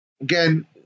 again